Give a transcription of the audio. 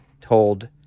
told